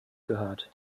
gehört